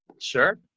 Sure